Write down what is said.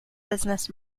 business